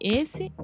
esse